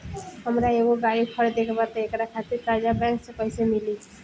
हमरा एगो गाड़ी खरीदे के बा त एकरा खातिर कर्जा बैंक से कईसे मिली?